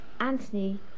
Anthony